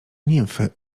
nimfy